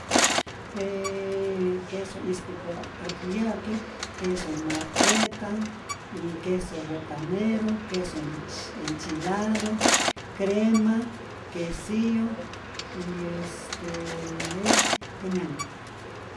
J queso ispäkpapa't ät yä'ki, queso en marqueta, y queso botanero, queso enchi enchilado, crema, quesillo y este es, jenyanhkä'.